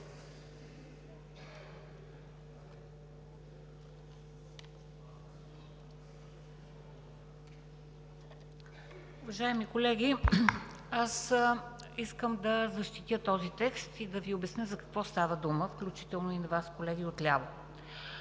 Уважаеми колеги, искам да защитя този текст и да Ви обясня за какво става дума, включително и на Вас, колеги отляво.